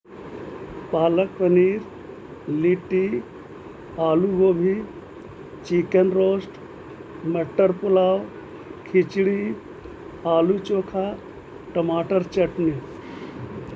پالک paneer litti aloo gobhi chicken roast matar pulao khichdi aloo chokha ٹماٹر چٹنی